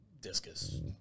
discus